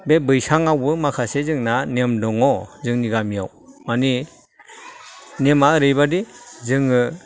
बे बैसांगावबो माखासे जोंना नियम दङ जोंनि गामियाव माने नेमा ओरैबायदि जोङो